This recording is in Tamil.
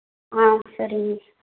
ஆ சரிங்க